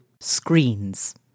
screens